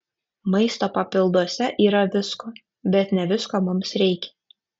maisto papilduose yra visko bet ne visko mums reikia